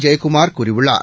ஜெயக்குமார் கூறியுள்ளார்